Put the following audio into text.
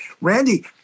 Randy